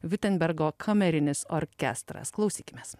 viurtembergo kamerinis orkestras klausykimės